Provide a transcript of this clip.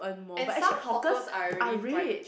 and some hawkers are already price